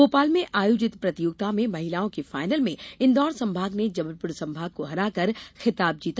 भोपाल में आयोजित प्रतियोगिता में महिलाओं के फायनल में इन्दौर संभाग ने जबलपुर संभाग को हराकर खिताब जीता